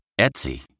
Etsy